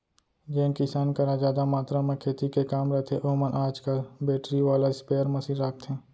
जेन किसान करा जादा मातरा म खेती के काम रथे ओमन आज काल बेटरी वाला स्पेयर मसीन राखथें